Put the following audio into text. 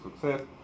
success